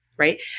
Right